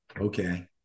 Okay